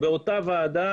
באותה ועדה,